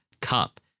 Cup